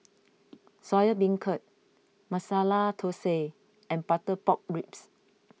Soya Beancurd Masala Thosai and Butter Pork Ribs